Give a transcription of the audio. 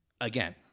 again